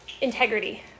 integrity